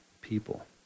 people